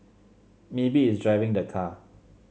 maybe it's driving the car